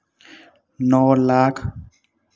नौ lakh